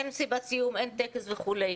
אין מסיבת סיום, אין טקס וכולי.